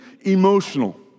emotional